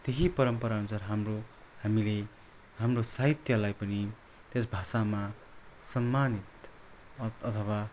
त्यही परम्परा अनुसार हाम्रो हामीले हाम्रो साहित्यलाई पनि त्यस भाषामा सम्मान अथवा